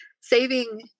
saving